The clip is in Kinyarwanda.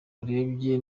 urebye